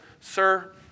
sir